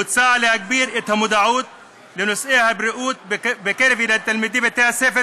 מוצע להגביר את המודעות לנושאי הבריאות בקרב תלמידי בתי-הספר